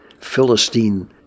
Philistine